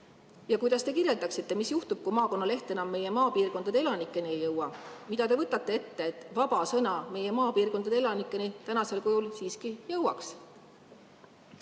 Ja kuidas te kirjeldaksite, mis juhtub, kui maakonnaleht enam meie maapiirkondade elanikeni ei jõua? Mida te võtate ette, et vaba sõna meie maapiirkondade elanikeni tänasel kujul siiski jõuaks?